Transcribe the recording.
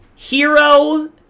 Hero